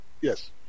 Yes